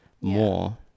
more